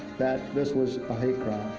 this was a hate crime.